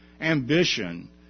ambition